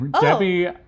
Debbie